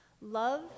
Love